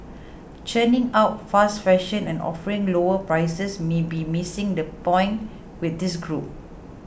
churning out fast fashion and offering lower prices may be missing the point with this group